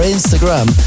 Instagram